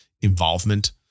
involvement